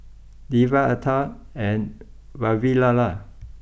Devi Atal and Vavilala